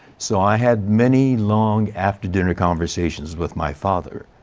so i had many long after dinner conversations with my father,